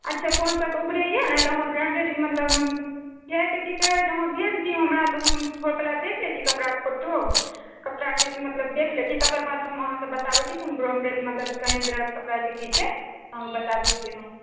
अच्छा पाँच सएके उपरे यए ने तऽ हम ब्रान्डेड मतलब कियाक तऽ की कहैत छै हँ भेज दियौ हमरा तऽ हम ओवला देख लैत छी कपड़ाके फोटो कपड़ाके मतलब देख लैत छी तकरबाद हम अहाँकेँ बताबैत छी कोन ब्राण्डके मतलब केहन तरहके कपड़ाके की छै ओ बताबैत छियै हम